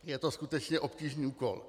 Je to skutečně obtížný úkol.